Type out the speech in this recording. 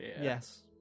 Yes